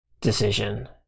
decision